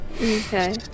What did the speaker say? Okay